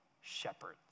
shepherds